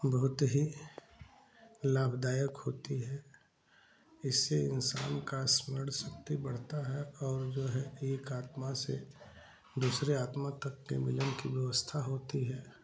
बहुत ही लाभदायक होती है इससे इंसान का स्मरण शक्ति बढ़ता है और वह एक आत्मा से दूसरे आत्मा तक के मिलन कि व्यवस्था होती है